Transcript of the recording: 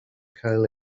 cael